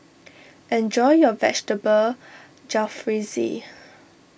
enjoy your Vegetable Jalfrezi